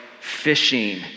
fishing